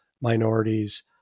minorities